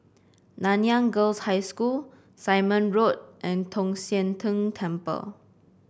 Nanyang Girls' High School Simon Road and Tong Sian Tng Temple